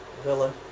villa